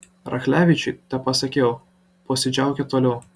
rachlevičiui tepasakiau posėdžiaukit toliau